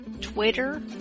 Twitter